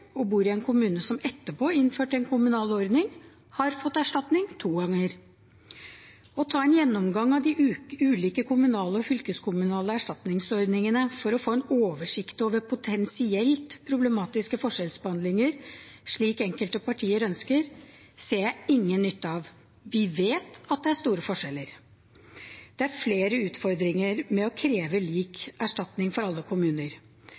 og som bor i en kommune som etterpå innførte en kommunal ordning, har fått erstatning to ganger. Å ta en gjennomgang av de ulike kommunale og fylkeskommunale erstatningsordningene for å få oversikt over potensielt problematisk forskjellsbehandling, slik enkelte partier ønsker, ser jeg ingen nytte av. Vi vet at det er store forskjeller. Det er flere utfordringer ved å kreve lik erstatning for alle kommuner.